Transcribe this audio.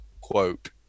quote